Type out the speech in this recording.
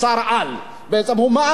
הוא מעל שר האוצר.